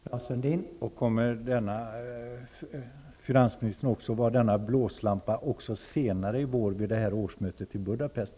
Herr talman! Kommer finansministern i detta avseende att vara denna blåslampa också senare i år vid årsmötet i Budapest?